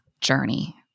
journey